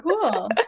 cool